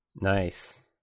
Nice